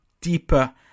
deeper